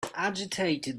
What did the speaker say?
agitated